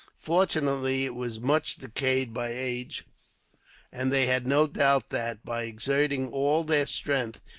fortunately, it was much decayed by age and they had no doubt that, by exerting all their strength,